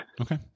Okay